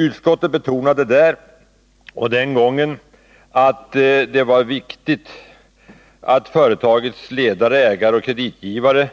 Utskottet betonade den gången att det var viktigt att företagets ledare, ägare och kreditgivare